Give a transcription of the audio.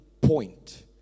point